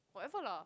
whatever lah